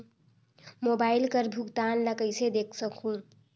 Mobile कर भुगतान ला कइसे देख सकहुं?